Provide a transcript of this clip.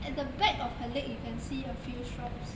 at the back of her leg you can see a few stripes